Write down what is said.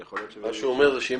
ויכול להיות שזה --- מה שאומר שאם